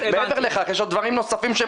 מעבר לכך יש עוד דברים נוספים חשובים.